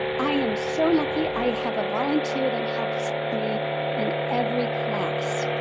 i am so lucky i have a volunteer that helps me in every class.